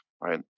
right